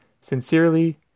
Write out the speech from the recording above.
Sincerely